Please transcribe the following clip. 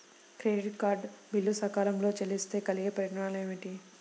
Credit card bill సకాలంలో చెల్లిస్తే కలిగే పరిణామాలేమిటి?